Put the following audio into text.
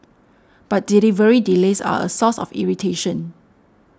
but delivery delays are a source of irritation